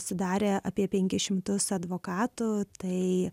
sudarę apie penkis šimtus advokatų tai